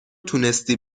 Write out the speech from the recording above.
تونستی